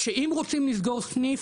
אם רוצים לסגור סניף,